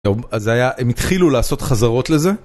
אז זה היה, הם התחילו לעשות חזרות לזה